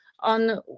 on